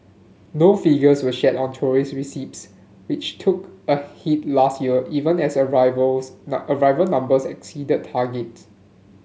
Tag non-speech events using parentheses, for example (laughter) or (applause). no figures were shared on tourism receipts which took a hit last year even as arrivals (unintelligible) arrival numbers exceeded targets